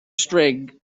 string